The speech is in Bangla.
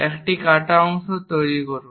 একটি কাটা অংশ তৈরি করুন